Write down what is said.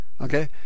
okay